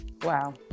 Wow